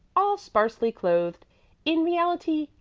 all sparsely clothed in reality,